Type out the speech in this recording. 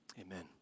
amen